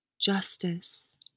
justice